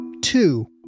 Two